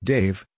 Dave